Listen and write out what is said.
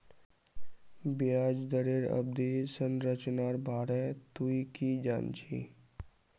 ब्याज दरेर अवधि संरचनार बारे तुइ की जान छि